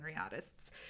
artists